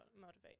motivate